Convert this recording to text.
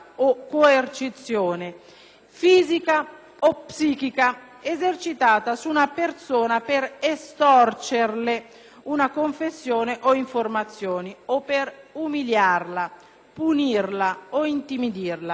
psichica, esercitata su una persona per estorcerle una confessione o informazioni, o per umiliarla, punirla o intimidirla. Nella tortura la disumanità è